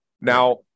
Now-